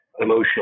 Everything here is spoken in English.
emotional